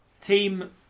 team